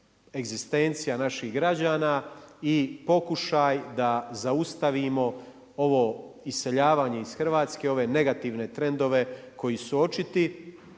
egzistencija naših građana i pokušaj da zaustavimo ovo iseljavanja iz Hrvatske, ove negativne trendove koji su očiti,